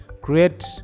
create